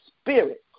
spirit